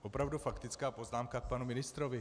Opravdu faktická poznámka k panu ministrovi.